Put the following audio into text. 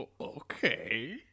okay